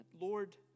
Lord